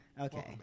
Okay